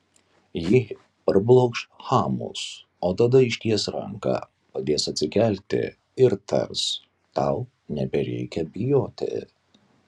ji parblokš chamus o tada išties ranką padės atsikelti ir tars tau nebereikia bijoti